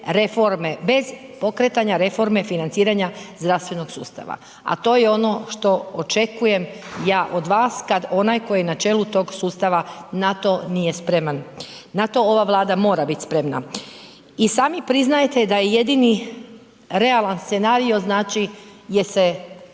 reforme, bez pokretanja reforme financiranja zdravstvenog sustava, a to je ono što očekujem ja od vas kad onaj tko je na čelu tog sustava na to nije spreman, na to ova Vlada mora bit spremna. I sami priznajete da je jedini realan scenarijo znači gdje se